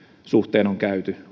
suhteen on käyty